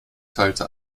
teilte